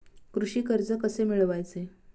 कृषी कर्ज कसे मिळवायचे?